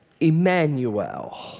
Emmanuel